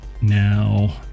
Now